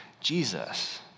Jesus